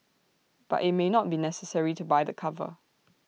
but IT may not be necessary to buy the cover